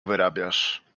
wyrabiasz